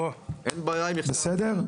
בסדר?